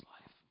life